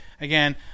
Again